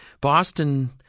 Boston